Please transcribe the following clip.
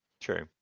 true